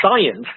science